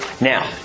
Now